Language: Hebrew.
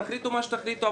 תחליטו מה שתחליטו,